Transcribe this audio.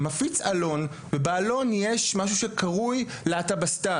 שמפיץ אלון, שבאלון יש משהו שקרוי "להט"בסטאן".